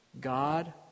God